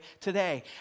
today